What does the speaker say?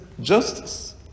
justice